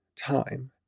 Time